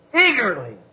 eagerly